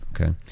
okay